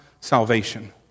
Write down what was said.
salvation